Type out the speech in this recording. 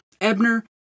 Ebner